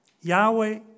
Yahweh